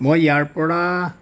মই ইয়াৰপৰা